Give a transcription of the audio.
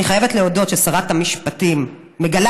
אני חייבת להודות ששרת המשפטים מגלה